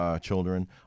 children